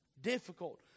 difficult